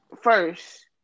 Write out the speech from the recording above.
first